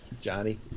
Johnny